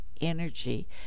energy